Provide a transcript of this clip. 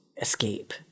escape